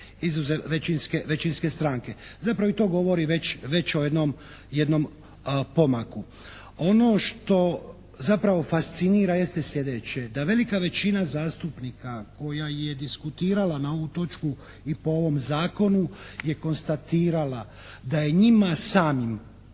izuzev većinske stranke. Zapravo i to govori već o jednom pomaku. Ono što zapravo fascinira jeste sljedeće. Da velika većina zastupnika koja je diskutirala na ovu točku i po ovom zakonu je konstatirala da je njima samim